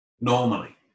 Normally